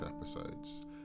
episodes